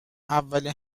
اولین